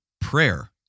prayer